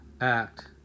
act